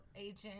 agent